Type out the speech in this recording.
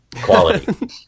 quality